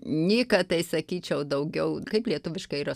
nyka tai sakyčiau daugiau kaip lietuviškai yra